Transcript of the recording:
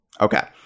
okay